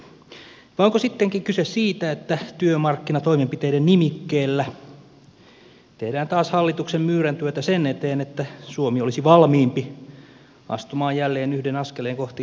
vai onko sittenkin kyse siitä että työmarkkinatoimenpiteiden nimikkeellä tehdään taas hallituksen myyräntyötä sen eteen että suomi olisi valmiimpi astumaan jälleen yhden askeleen kohti liittovaltiota